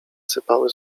sypały